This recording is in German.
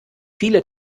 viele